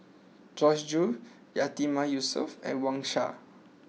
Joyce Jue Yatiman Yusof and Wang Sha